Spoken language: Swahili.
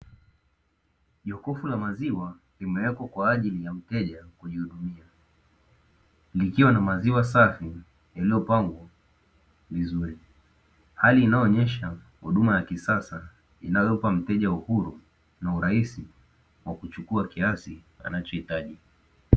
Jokofu la maziwa limewekwa kwa ajili jili ya mteja kujihudumia, likiwa na maziwa safi lililopangwa vizuri, hali inayoonyesha huduma ya kisasa inayompa mteja uhuru, na urahisi wa kuchukua kiasi anachohitaji.